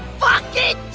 fucking!